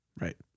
Right